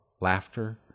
laughter